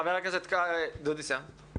חבר הכנסת קרעי, בבקשה.